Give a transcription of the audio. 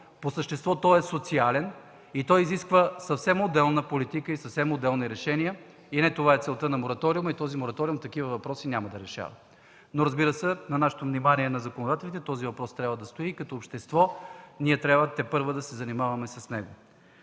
по същество той е социален и изисква съвсем отделна политика и съвсем отделни решения. Не това е целта на мораториума. Този мораториум няма да решава такива въпроси. Разбира се, на нашето внимание, на законодателите, този въпрос трябва да стои и като общество ние тепърва трябва да се занимаваме с него.